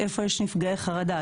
איפה יש נפגעי חרדה,